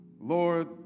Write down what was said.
Lord